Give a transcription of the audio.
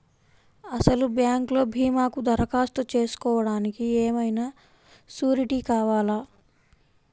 అసలు బ్యాంక్లో భీమాకు దరఖాస్తు చేసుకోవడానికి ఏమయినా సూరీటీ కావాలా?